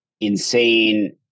insane